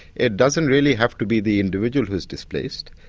it doesn't really have to be the individual who is displaced,